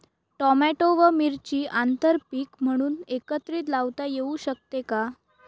Tomato व मिरची आंतरपीक म्हणून एकत्रित लावता येऊ शकते का?